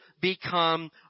become